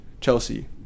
Chelsea